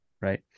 Right